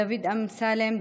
דוד אמסלם,